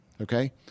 Okay